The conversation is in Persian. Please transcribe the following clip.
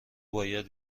باید